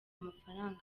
mafaranga